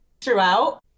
throughout